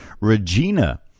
Regina